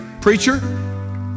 Preacher